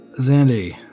Zandy